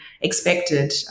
expected